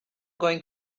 going